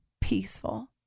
peaceful